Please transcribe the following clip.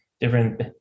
different